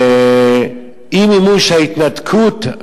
ועם מימוש ההתנתקות,